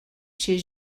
chez